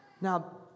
Now